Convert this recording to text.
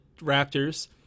Raptors